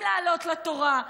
עם לעלות לתורה?